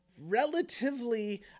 relatively